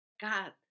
God